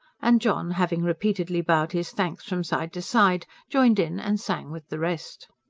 and john, having repeatedly bowed his thanks from side to side, joined in and sang with the rest.